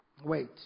Wait